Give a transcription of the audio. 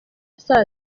saa